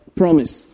promise